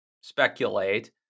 speculate